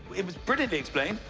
it was brilliantly explained.